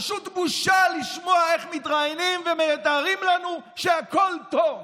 פשוט בושה לשמוע איך מתראיינים ומתארים לנו שהכול טוב.